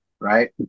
right